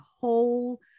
whole